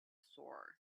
sword